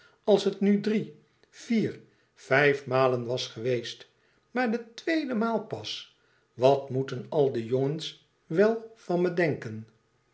als het nu drie vier vijf malen was geweest maar de twéede maal pas wat moeten al de jongens wel van me denken